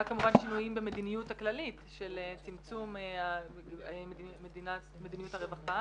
שינויים במדיניות הכללית של צמצום מדיניות הרווחה.